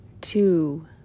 two